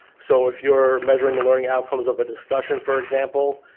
so if you're measuring the learning outcomes of a discussion for example,